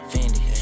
Fendi